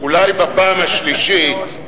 אולי בפעם השלישית,